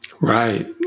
Right